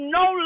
no